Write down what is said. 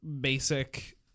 basic